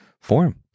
form